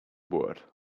word